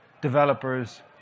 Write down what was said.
developers